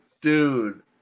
dude